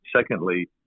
secondly